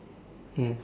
hmm